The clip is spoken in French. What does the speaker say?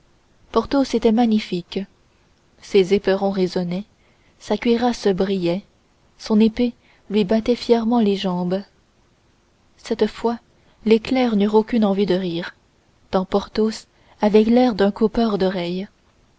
porthos était magnifique ses éperons résonnaient sa cuirasse brillait son épée lui battait fièrement les jambes cette fois les clercs n'eurent aucune envie de rire tant porthos avait l'air d'un coupeur d'oreilles